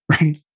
right